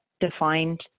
Defined